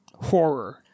horror